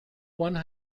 one